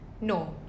No